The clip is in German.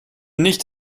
nicht